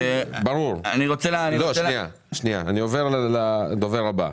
אני עובר לדובר הבא.